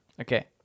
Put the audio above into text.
Okay